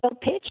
pitch